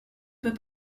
peut